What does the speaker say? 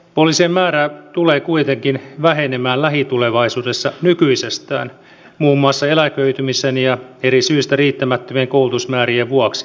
poliisien määrä tulee kuitenkin vähenemään nykyisestään muun muassa eläköitymisen ja eri syistä riittämättömien koulutusmäärien vuoksi